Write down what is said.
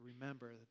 remember